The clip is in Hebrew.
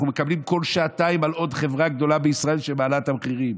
אנחנו שומעים כל שעתיים על עוד חברה גדולה בישראל שמעלה את המחירים.